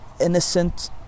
innocent